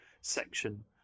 section